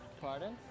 Pardon